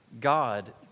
God